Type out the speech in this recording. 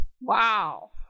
Wow